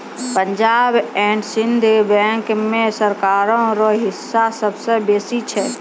Punjab and Sind bank मे सरकारो रो हिस्सा सबसे बेसी छै